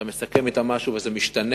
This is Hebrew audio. אתה מסכם אתם משהו וזה משתנה.